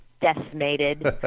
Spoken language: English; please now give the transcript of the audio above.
decimated